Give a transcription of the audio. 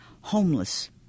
homeless